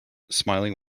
smiling